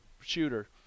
shooter